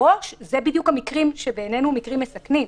מראש אלה באמת המקרים שהם בעינינו מקרים מסכנים.